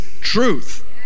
truth